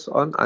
on